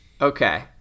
Okay